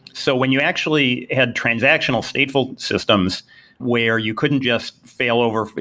so when you actually had transactional stateful systems where you couldn't just fail over, but